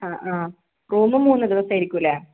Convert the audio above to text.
ആ ആ റൂമ് മൂന്ന് ദിവസം ആയിരിക്കൂലേ